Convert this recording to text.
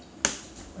aloy 在 tian peng ah